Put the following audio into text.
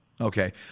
Okay